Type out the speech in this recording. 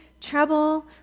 trouble